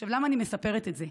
עכשיו, למה אני מספרת את זה?